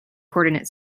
coordinate